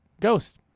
ghost